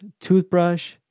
toothbrush